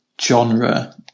genre